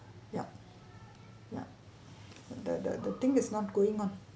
yup yup the the the thing is not going on